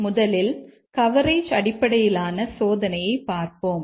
இப்போது முதலில் கவரேஜ் அடிப்படையிலான சோதனையைப் பார்ப்போம்